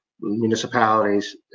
municipalities